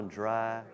dry